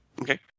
okay